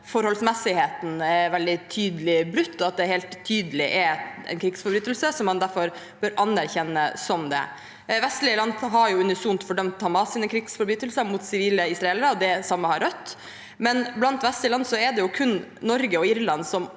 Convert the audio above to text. forholdsmessigheten er veldig tydelig brutt, og at det helt tydelig er en krigsforbrytelse, som man derfor bør anerkjenne som det. Vestlige land har unisont fordømt Hamas’ krigsforbrytelser mot sivile israelere, og det samme har Rødt, men blant vestlige land er det kun Norge og Irland som